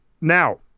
now